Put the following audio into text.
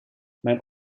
mijn